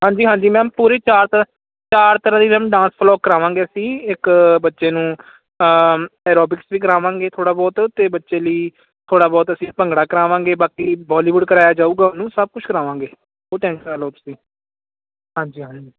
ਹਾਂਜੀ ਹਾਂਜੀ ਮੈਮ ਪੂਰੇ ਚਾਰ ਚਾਰ ਤ ਤਰਾਂ ਦੀ ਡਾਂਸ ਫਲੋਕ ਕਰਾਵਾਂਗੇ ਅਸੀਂ ਇੱਕ ਬੱਚੇ ਨੂੰ ਐਰੋਬਿਕਸ ਵੀ ਕਰਾਵਾਂਗੇ ਥੋੜਾ ਬਹੁਤ ਤੇ ਬੱਚੇ ਲਈ ਥੋੜਾ ਬਹੁਤ ਅਸੀਂ ਭੰਗੜਾ ਕਰਾਵਾਂਗੇ ਬਾਕੀ ਬੋਲੀਵੁੱਡ ਕਰਾਇਆ ਜਾਊਗਾ ਉਹਨੂੰ ਸਭ ਕੁਝ ਕਰਾਵਾਂਗੇ ਉਹ ਹਾਂਜੀ ਹਾਂਜੀ